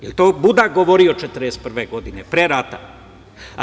Jel to Budak govorio 1941. godine, pre rata?